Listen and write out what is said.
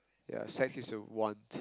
ya sex is a want